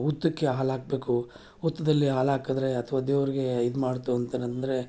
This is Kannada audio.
ಹುತ್ತಕ್ಕೆ ಹಾಲು ಹಾಕಬೇಕು ಹುತ್ತದಲ್ಲಿ ಹಾಲು ಹಾಕಿದ್ರೆ ಅಥ್ವಾ ದೇವ್ರಿಗೆ ಇದು ಮಾಡಿತು ಅಂತಂದು ಅಂದರೆ